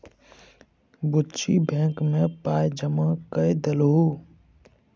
बुच्ची बैंक मे पाय जमा कए देलहुँ